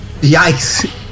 Yikes